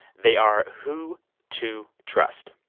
they are who to trust.